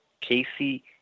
Casey